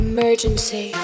Emergency